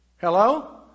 Hello